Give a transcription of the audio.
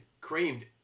creamed